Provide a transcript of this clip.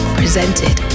presented